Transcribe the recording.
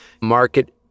market